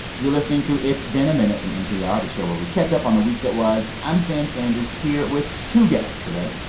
you're listening to it's been a minute from npr, the show where we catch up on the week that was. i'm sam sanders, here with two guests today.